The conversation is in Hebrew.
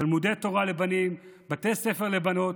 תלמודי תורה לבנים, בתי ספר לבנות,